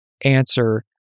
answer